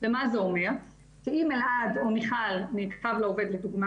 אני חושבת שהעולם לא הבין אותו מספיק טוב.